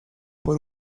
por